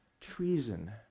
treason